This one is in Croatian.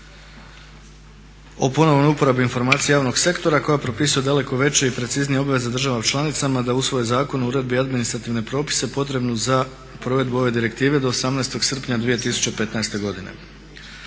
o ponovnoj uporabi informacija javnog sektora koja propisuje daleko veće i preciznije obveze državama članicama da usvoje zakon o uredbi i administrativne propise potrebne za provedbu ove direktive do 18. srpnja 2015. godine.